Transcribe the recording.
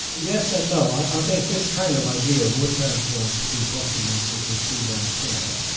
yes and no. i think this kind of idea would have been possible to pursue elsewhere,